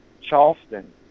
Charleston